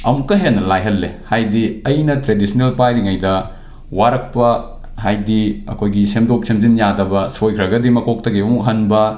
ꯑꯃꯨꯛꯀ ꯍꯦꯟꯅ ꯂꯥꯏꯍꯜꯂꯦ ꯍꯥꯏꯗꯤ ꯑꯩꯅ ꯇ꯭ꯔꯦꯗꯤꯁ꯭ꯅꯦꯜ ꯄꯥꯏꯔꯤꯉꯩꯗ ꯋꯥꯔꯛꯄ ꯍꯥꯏꯗꯤ ꯑꯩꯈꯣꯏꯒꯤ ꯁꯦꯝꯗꯣꯛ ꯁꯦꯝꯖꯤꯟ ꯌꯥꯗꯕ ꯁꯣꯏꯈ꯭ꯔꯒꯗꯤ ꯃꯀꯣꯛꯇꯒꯤ ꯑꯃꯨꯛ ꯍꯟꯕ